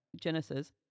Genesis